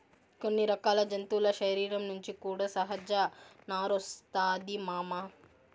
కొన్ని రకాల జంతువుల శరీరం నుంచి కూడా సహజ నారొస్తాది మామ